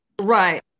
Right